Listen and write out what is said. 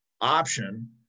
option